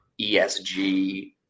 ESG